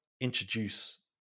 introduce